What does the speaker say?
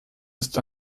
ist